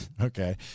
Okay